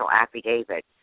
affidavit